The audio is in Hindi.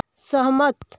सहमत